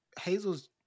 Hazel's